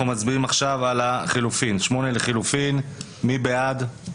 אנחנו מצביעים עכשיו על 8 לחלופין, מי בעד?